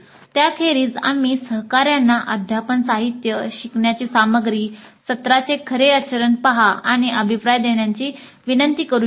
त्याखेरीज आम्ही सहकार्यांना अध्यापन साहित्य शिकण्याची सामग्री सत्राचे खरे आचरण पाहण्याची आणि अभिप्राय देण्याची विनंती करू शकतो